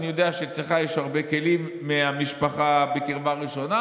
אני יודע שאצלך יש הרבה כלים מהמשפחה בקרבה ראשונה.